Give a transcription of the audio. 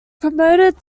promoted